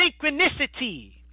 Synchronicity